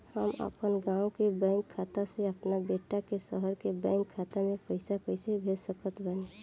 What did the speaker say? हम अपना गाँव के बैंक खाता से अपना बेटा के शहर के बैंक खाता मे पैसा कैसे भेज सकत बानी?